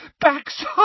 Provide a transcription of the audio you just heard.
Backside